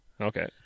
Okay